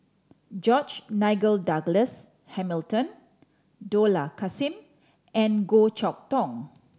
George Nigel Douglas Hamilton Dollah Kassim and Goh Chok Tong